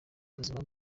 ubuzima